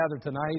tonight